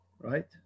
right